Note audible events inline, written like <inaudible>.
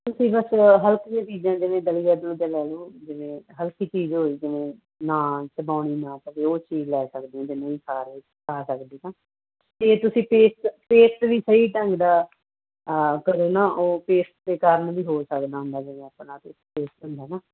ਤੁਸੀਂ ਬਸ ਹਲਕੀਆਂ ਚੀਜ਼ਾਂ ਜਿਵੇਂ ਦਹੀਂ ਜਾਂ ਦੁੱਧ ਲੈ ਲੋ ਜਿਵੇਂ ਹਲਕੀ ਚੀਜ਼ ਹੋਏ ਜਿਵੇਂ ਨਾ ਚਵਾਉਣੀ ਨਾ ਪਵੇ ਉਹ ਚੀਜ਼ ਲੈ ਸਕਦੇ ਆ ਜਿਵੇਂ <unintelligible> ਤੇ ਤੁਸੀਂ ਪੇਸਟ ਵੀ ਸਹੀ ਢੰਗ ਦਾ ਆਹ ਕਰਨਾ ਉਹ ਪੇਸਟ ਦੇ ਕਾਰਨ ਵੀ ਹੋ ਸਕਦਾ ਹੁੰਦਾ ਜਿਵੇਂ ਆਪਣਾ ਪੇਸਟ ਹੁੰਦਾ ਨਾ